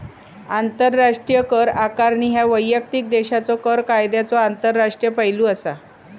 आंतरराष्ट्रीय कर आकारणी ह्या वैयक्तिक देशाच्यो कर कायद्यांचो आंतरराष्ट्रीय पैलू असा